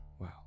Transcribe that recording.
wow